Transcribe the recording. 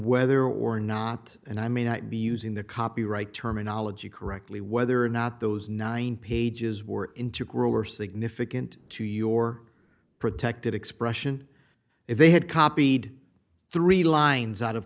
whether or not and i may not be using the copyright terminology correctly whether or not those nine pages were integral are significant to your protected expression if they had copied three lines out of